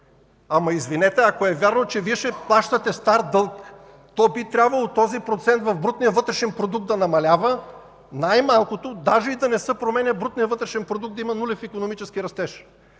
32%! Извинете, ако е вярно, че Вие ще плащате стар дълг, то би трябвало този процент в брутния вътрешен продукт да намалява, най-малкото – даже да не се променя брутният вътрешен продукт, да има нулев икономически растеж!